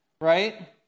Right